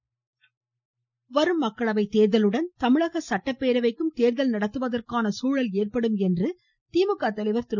ஸ்டாலின் வரும் மக்களவை தேர்தலுடன் தமிழக சட்டப்பேரவைக்கும் தேர்தல் நடத்துவதற்கான சூழல் ஏற்படும் என்று திமுக தலைவர் திரு